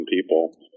people